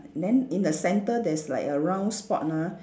then in the centre there's like a round spot ah